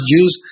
Jews